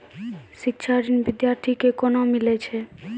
शिक्षा ऋण बिद्यार्थी के कोना मिलै छै?